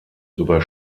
über